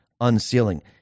unsealing